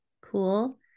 Cool